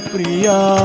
Priya